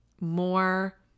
more